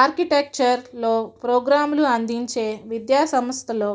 ఆర్కిటెక్చర్లో ప్రోగ్రాంలు అందించే విద్యా సంస్థలో